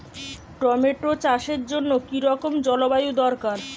Tomato চাষের জন্য কি রকম জলবায়ু দরকার?